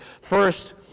First